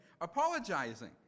apologizing